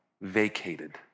vacated